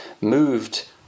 moved